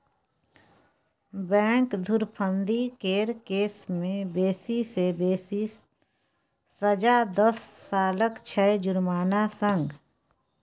bank धुरफंदी केर case मे बेसी सँ बेसी सजा दस सालक छै जुर्माना संग